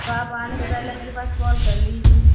تو آپ آنے سے پہلے میرے پاس فون کر لیجیے